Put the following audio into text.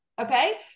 Okay